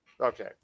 Okay